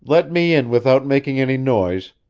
let me in without making any noise,